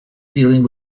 dealing